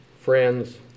Friends